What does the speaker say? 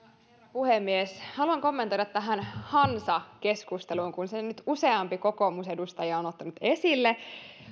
puhemies haluan kommentoida tähän hansakeskusteluun kun sen nyt useampi kokoomusedustaja on ottanut esille